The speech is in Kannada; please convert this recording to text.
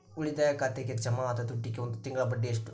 ಉಳಿತಾಯ ಖಾತೆಗೆ ಜಮಾ ಆದ ದುಡ್ಡಿಗೆ ಒಂದು ತಿಂಗಳ ಬಡ್ಡಿ ಎಷ್ಟು?